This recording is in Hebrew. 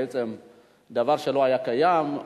דבר שלא היה קיים,